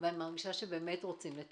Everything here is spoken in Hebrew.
ואני מרגישה שרוצים באמת לטפל,